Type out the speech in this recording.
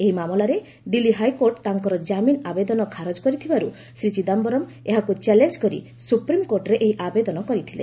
ଏହି ମାମଲାରେ ଦିଲ୍ଲୀ ହାଇକୋର୍ଟ ତାଙ୍କର ଜାମିନ ଆବେଦନ ଖାରଜ କରିଥିବାରୁ ଶ୍ରୀ ଚିଦାୟରମ୍ ଏହାକୁ ଚ୍ୟାଲେଞ୍ କରି ସୁପ୍ରିମ୍କୋର୍ଟରେ ଏହି ଆବେଦନ କରିଥିଲେ